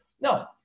No